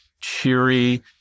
cheery